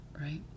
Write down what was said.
right